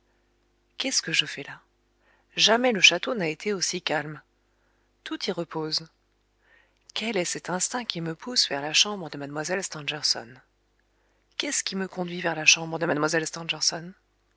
qu'est-ce que je fais là jamais le château n'a été aussi calme quel est cet instinct qui me pousse vers la chambre de mlle stangerson pourquoi cette voix qui crie au fond de mon être va jusqu'à la chambre de